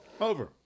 Over